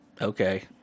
Okay